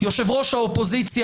מהצד